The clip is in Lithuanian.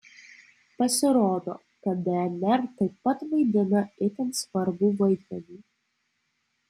pasirodo kad dnr taip pat vaidina itin svarbų vaidmenį